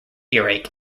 earache